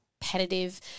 competitive